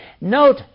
Note